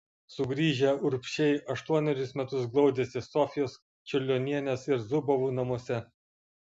sugrįžę urbšiai aštuonerius metus glaudėsi sofijos čiurlionienės ir zubovų namuose